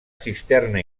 cisterna